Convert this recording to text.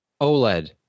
OLED